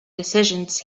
decisions